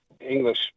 English